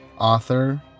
author